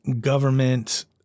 government